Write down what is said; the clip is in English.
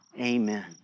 amen